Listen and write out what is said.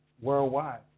worldwide